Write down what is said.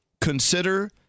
consider